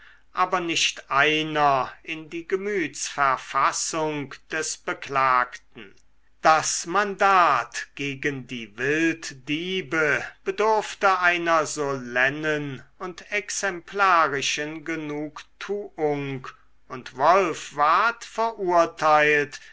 aber nicht einer in die gemütsverfassung des beklagten das mandat gegen die wilddiebe bedurfte einer solennen und exemplarischen genugtuung und wolf ward verurteilt